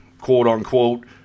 quote-unquote